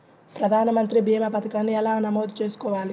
ప్రధాన మంత్రి భీమా పతకాన్ని ఎలా నమోదు చేసుకోవాలి?